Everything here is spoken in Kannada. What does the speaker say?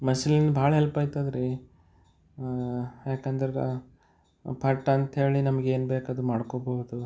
ಮಶಿನ್ ಭಾಳ ಹೆಲ್ಪ್ ಆಯ್ತದ್ರಿ ಏಕೆಂದ್ರೆ ಫಟ್ ಅಂತ ಹೇಳಿ ನಮ್ಗೆ ಏನು ಬೇಕು ಅದು ಮಾಡ್ಕೊಳ್ಬೋದು